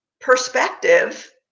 perspective